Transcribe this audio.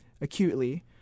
acutely